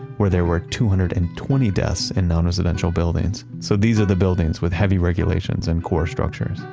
where there were two hundred and twenty deaths in non-residential buildings. so these are the buildings with heavy regulations and core structures.